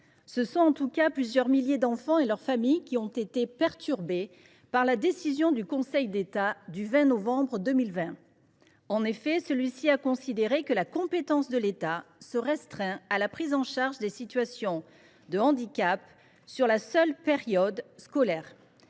Ce sont en tout cas plusieurs milliers d’enfants et leur famille qui ont été perturbés par la décision du Conseil d’État du 20 novembre 2020. En effet, celui ci a considéré que la compétence de l’État devait se restreindre à la prise en charge des situations de handicap sur la seule période scolaire.